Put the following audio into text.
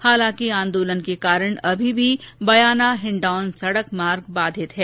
हालांकि आंदोलन के कारण अभी भी बयाना हिण्डौन सड़क मार्ग बाधित हैं